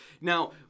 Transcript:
Now